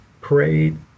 Parade